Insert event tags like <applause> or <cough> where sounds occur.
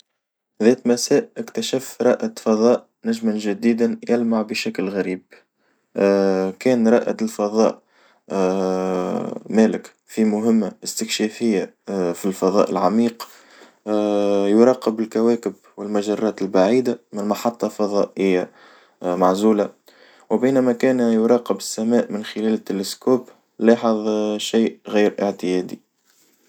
ذات مساء اكتشف رائد فضاء نجمًا جديدًا يلمع بشكل غريب، <hesitation> كان رائد الفضاء <hesitation> مالك في مهمة استكشافية في الفضاء العميق، <hesitation> يراقب الكواكب والمجرات البعيدة من محطة فظائية معزولة وبينما كان يراقب السماء من خلال التلسكوب لاحظ شيء غير اعتيادي.